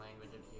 language